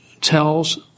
tells